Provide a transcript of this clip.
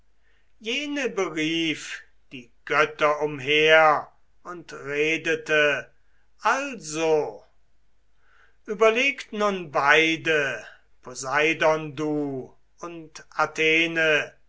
jene berief die götter umher und redete also überlegt nun beide poseidon du und athene